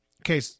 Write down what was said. okay